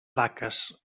vaques